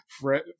Fred